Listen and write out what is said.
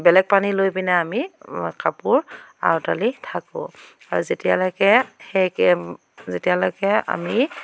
বেলেগ পানী লৈ পিনে আমি কাপোৰ আউডালি থাকোঁ আৰু যেতিয়ালৈকে সেই যেতিয়ালৈকে আমি